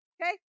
Okay